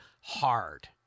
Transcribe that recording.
hard